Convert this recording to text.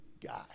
guy